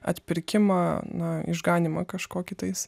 atpirkimą na išganymą kažkokį tais